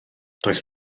does